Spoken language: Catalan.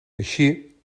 així